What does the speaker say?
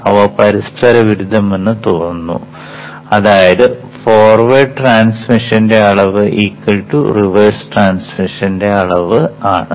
അവ പരസ്പരവിരുദ്ധമാണെന്ന് തോന്നുന്നു അതായത് ഫോർവേഡ് ട്രാൻസ്മിഷന്റെ അളവ് റിവേഴ്സ് ട്രാൻസ്മിഷന്റെ അളവ് ആണ്